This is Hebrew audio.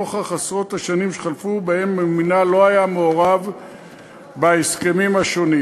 נוכח עשרות השנים שחלפו שבהן המינהל לא היה מעורב בהסכמים השונים,